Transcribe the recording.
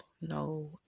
no